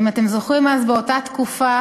אם אתם זוכרים, אז, באותה תקופה,